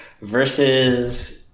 versus